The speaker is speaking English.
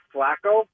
Flacco